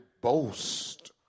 boast